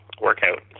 workout